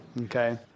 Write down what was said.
Okay